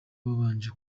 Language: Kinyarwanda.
wabanje